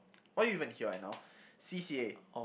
why you even here right now C_C_A